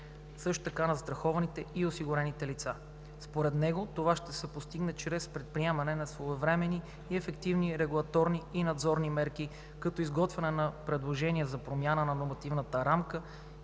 застрахованите и осигурените лица. Според него това ще се постигне чрез предприемане на своевременни и ефективни регулаторни и надзорни мерки като изготвяне на предложения за промяна на нормативната рамка